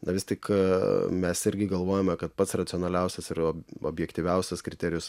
na vis tik mes irgi galvojame kad pats racionaliausias ir objektyviausias kriterijus